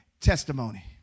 testimony